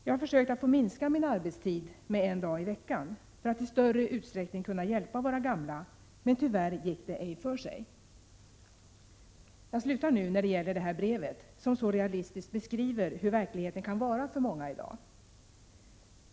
Jag har försökt att få minska min arbetstid med en dag i veckan för att i större utsträckning kunna hjälpa våra gamla, men tyvärr gick det ej för sig.” Jag slutar här citera detta brev, som så realistiskt beskriver hur verkligheten kan vara för många i dag.